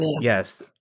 yes